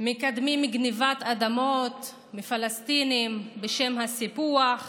מקדמים גנבת אדמות מפלסטינים בשם הסיפוח.